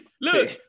look